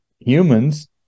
Humans